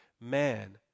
man